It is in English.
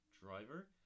driver